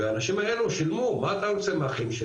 והאנשים האלה שילמו מה אתה רוצה מהם,